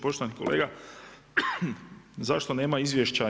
Poštovani kolega, zašto nema izvješća?